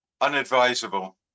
unadvisable